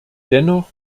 dennoch